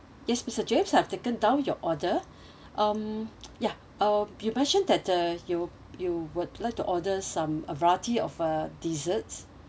yes mister james I have taken down your order um ya uh you mentioned that uh you you would like to order some uh variety of uh desserts